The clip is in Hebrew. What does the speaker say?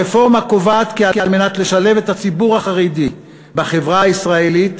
הרפורמה קובעת כי על מנת לשלב את הציבור החרדי בחברה הישראלית,